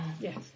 Yes